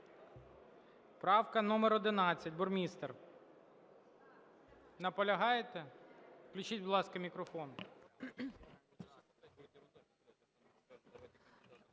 Правка номер 11, Буймістер. Наполягаєте? Включіть, будь ласка, мікрофон.